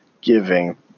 giving